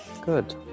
Good